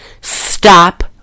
stop